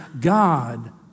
God